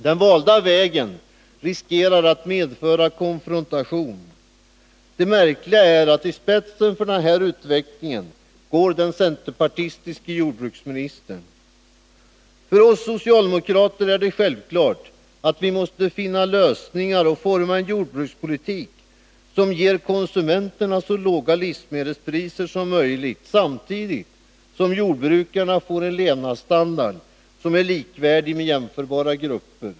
Den valda vägen riskerar att medföra konfrontation. Det märkliga är, att i spetsen för denna utveckling går den centerpartistiske jordbruksministern! För oss socialdemokrater är det självklart att vi måste finna lösningar och forma en jordbrukspolitik som ger konsumenterna så låga livsmedelspriser som möjligt samtidigt som jordbrukarna får en levnadsstandard som är likvärdig med jämförbara grupper.